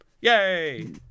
Yay